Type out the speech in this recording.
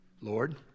Lord